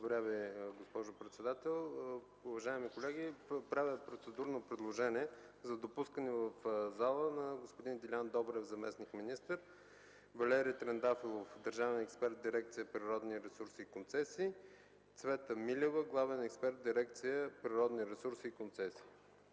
Ви, госпожо председател. Уважаеми колеги, правя процедурно предложение за допускане в залата на господин Делян Добрев – заместник-министър, Валери Трендафилов – държавен експерт в дирекция „Природни ресурси и концесии”, и Цвета Милева – главен експерт в същата дирекция.